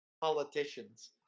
politicians